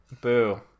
Boo